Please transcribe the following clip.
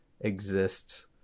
exist